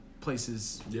places